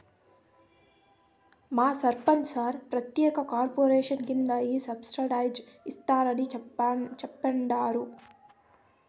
మా సర్పంచ్ సార్ ప్రత్యేక కార్పొరేషన్ కింద ఈ సబ్సిడైజ్డ్ ఇస్తారని చెప్తండారు